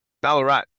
Ballarat